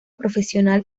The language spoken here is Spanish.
profesional